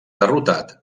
derrotat